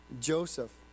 Joseph